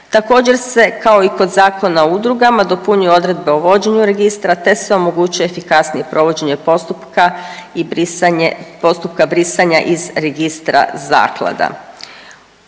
Također se kao i kod Zakona o udrugama dopunjuju odredbe o vođenju registra te se omogućuje efikasnije provođenje postupka i brisanje, postupka